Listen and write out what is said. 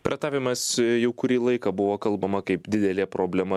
piratavimas jau kurį laiką buvo kalbama kaip didelė problema